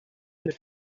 mit